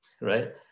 right